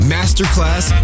Masterclass